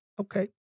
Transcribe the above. Okay